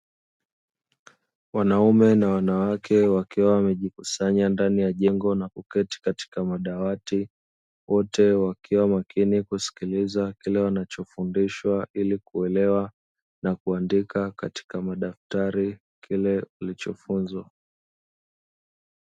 Wanaume na wanawake wakiwa wamejikusanya ndani ya jengo na kuketi katika madawati, wote wakiwa makini kusikiliza kile wanachofundishwa, ili kuelewa na kuandika katika madaftari kile walichofunzwa.